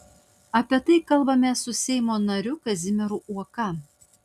apie tai kalbamės su seimo nariu kazimieru uoka